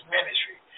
Ministry